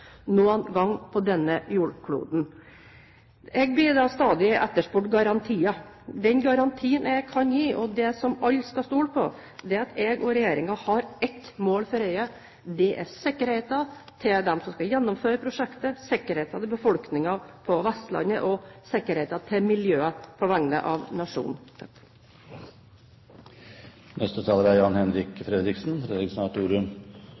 noen gang på denne jordkloden. Jeg blir stadig spurt om garantier. Den garantien jeg kan gi, og det som alle skal stole på, er at jeg og regjeringen har ett mål for øye: Det er sikkerheten til dem som skal gjennomføre prosjektet, sikkerheten til befolkningen på Vestlandet og sikkerheten til miljøet på vegne av nasjonen.